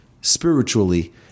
spiritually